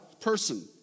person